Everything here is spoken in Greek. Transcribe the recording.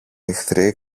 εχθροί